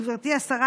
גברתי השרה,